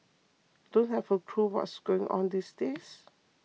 don't have a clue what's going on these days